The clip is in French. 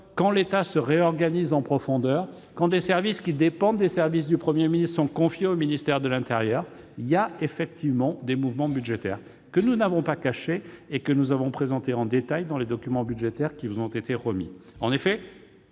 l'État se réorganise en profondeur et que des services qui dépendent des services du Premier ministre sont confiés au ministère de l'intérieur, cela crée inévitablement des mouvements budgétaires. Nous ne les avons pas cachés : nous les avons présentés au contraire en détail dans les documents budgétaires qui vous ont été remis.